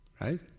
Right